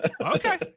okay